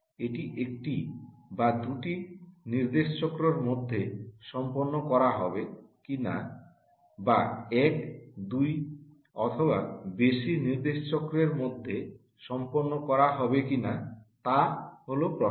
এটি একটি বা দুটি নির্দেশ চক্রের মধ্যে সম্পন্ন করা হবে কিনা বা এক দুই অথবা বেশি নির্দেশচক্রের মধ্যে সম্পন্ন করে কিনা তা প্রশ্ন